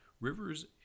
rivers